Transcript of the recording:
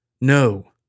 No